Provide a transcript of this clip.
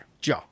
Joe